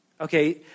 Okay